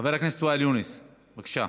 חבר הכנסת ואאל יונס, בבקשה,